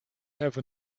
have